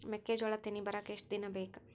ಮೆಕ್ಕೆಜೋಳಾ ತೆನಿ ಬರಾಕ್ ಎಷ್ಟ ದಿನ ಬೇಕ್?